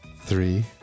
three